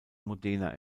modena